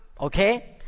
okay